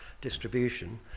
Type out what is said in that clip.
distribution